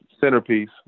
centerpiece